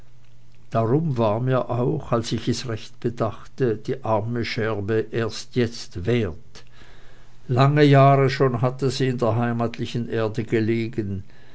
darum war mir auch als ich es recht bedachte die arme scherbe erst jetzt wert lange jahre schon hatte sie in der heimatlichen erde gelegen